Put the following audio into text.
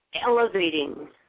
elevating